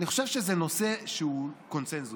אני חושב שזה נושא שהוא בקונסנזוס.